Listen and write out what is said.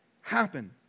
happen